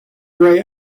grey